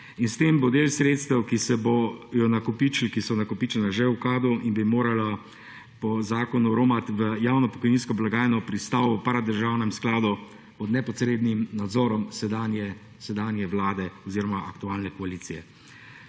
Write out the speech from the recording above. ki se bojo nakopičila, ki so nakopičena, že v skladu(?) in bi morala po zakonu romat v javno pokojninsko blagajno, pristal v paradržavnem skladu, pod nepotrebnim nadzorom sedanje Vlade oziroma aktualne koalicije